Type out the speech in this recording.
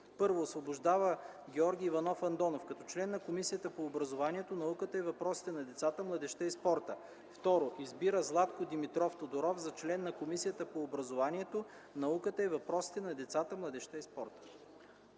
1. Освобождава Георги Иванов Андонов като член на Комисията по образованието, науката и въпросите на децата, младежта и спорта. 2. Избира Златко Димитров Тодоров за член на Комисията по образованието, науката и въпросите на децата, младежта и спорта.”